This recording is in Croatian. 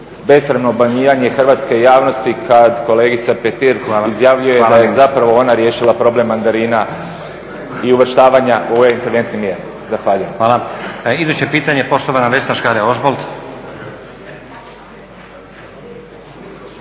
besramno obmanjivanje hrvatske javnosti kada kolegice Petir koja izjavljuje da je zapravo ona riješila problem mandarina i uvrštavanja ove interventne mjere. Zahvaljujem. **Stazić, Nenad (SDP)** Hvala. Na iduće pitanje poštovana Vesna Škare-Ožbolt.